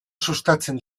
sustatzen